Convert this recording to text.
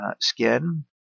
skin